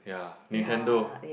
ya Nintendo